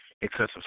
excessive